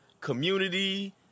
community